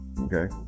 Okay